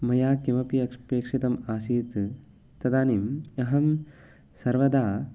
मया किमपि यदपेक्षितम् आसीत् तदानीम् अहं सर्वदा